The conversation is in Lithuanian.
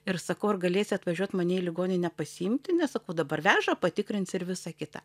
ir sakau ar galėsi atvažiuot mane į ligoninę pasiimti nes sakau dabar veža patikrins ir visa kita